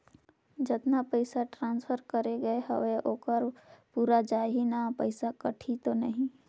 जतना पइसा ट्रांसफर करे गये हवे ओकर पूरा जाही न पइसा कटही तो नहीं?